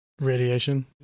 Radiation